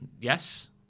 Yes